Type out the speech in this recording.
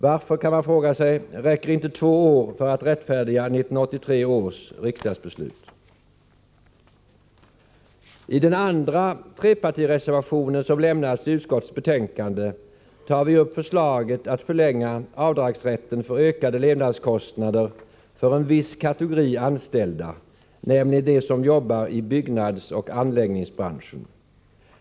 Varför, kan man fråga sig, räcker inte två år för att rättfärdiga 1983 års riksdagsbeslut? I den andra trepartireservation som fogats till utskottets betänkande tar vi upp förslaget att förlänga tiden för rätt till avdrag för ökade levnadskostnader för en viss kategori anställda, nämligen för dem som jobbar i byggnadsoch anläggningsbranschen.